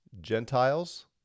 Gentiles